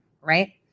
right